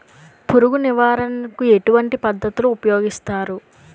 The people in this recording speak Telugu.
పురుగు నివారణ కు ఎటువంటి పద్ధతులు ఊపయోగిస్తారు?